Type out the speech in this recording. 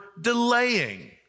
delaying